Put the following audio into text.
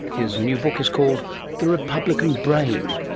his new book is called the republican brain,